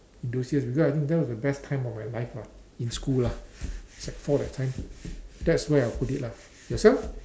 because I think that was the best time of my life lah in school lah sec four that time that's where I'll put it lah yourself